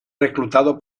reclutado